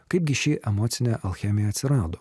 kaipgi ši emocinė alchemija atsirado